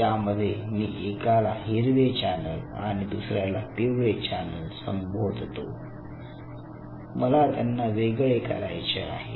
यामध्ये मी एकाला हिरवे चॅनल आणि दुसऱ्याला पिवळे चॅनल संबोधतो मला त्यांना वेगळे करायचे आहे